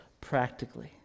practically